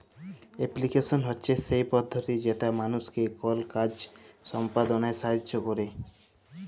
application হছে সেই পদ্ধতি যেট মালুসকে কল কাজ সম্পাদলায় সাহাইয্য ক্যরে